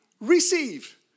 receive